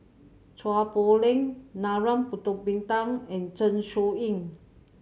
Chua Poh Leng Narana Putumaippittan and Zeng Shouyin